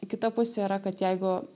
kita pusė yra kad jeigu